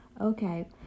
okay